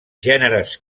gèneres